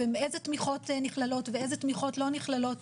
איזה תמיכות נכללות ואיזה תמיכות לא נכללות.